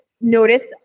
noticed